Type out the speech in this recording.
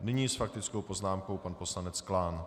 Nyní s faktickou poznámkou pan poslanec Klán.